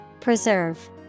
Preserve